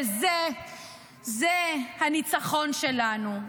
וזה הניצחון שלנו,